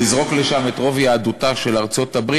לזרוק לשם את רוב יהדותה של ארצות-הברית,